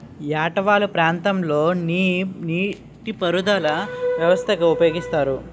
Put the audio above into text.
ఏట వాలు ప్రాంతం లొ ఏ నీటిపారుదల వ్యవస్థ ని ఉపయోగిస్తారు?